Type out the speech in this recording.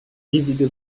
riesige